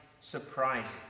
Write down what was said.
surprising